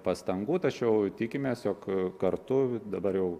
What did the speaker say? pastangų tačiau tikimės jog kartu dabar jau